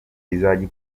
izajya